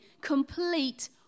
complete